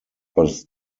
but